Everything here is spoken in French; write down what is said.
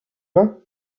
vin